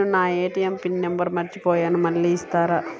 నేను నా ATM pin number మర్చిపోయాను మళ్ళీ ఇస్తారా?